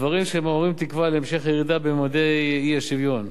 דברים שמעוררים תקווה להמשך ירידה בממדי האי-שוויון.